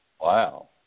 Wow